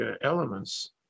elements